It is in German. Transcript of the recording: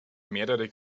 mehrere